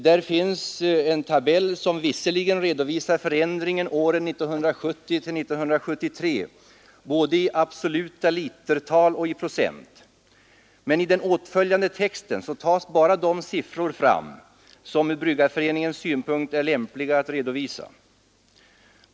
Där finns en tabell som visserligen redovisar förändringen under åren 1970-1973, både i absoluta litertal och i procent. Men i texten tas bara de siffror fram som från Bryggareföreningens synpunkt är lämpliga att redovisa.